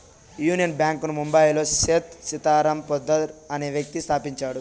union Bank ను బొంబాయిలో సేథ్ సీతారాం పోద్దార్ అనే వ్యక్తి స్థాపించాడు